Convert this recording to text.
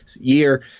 year